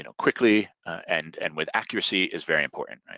you know quickly and and with accuracy is very important.